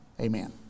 amen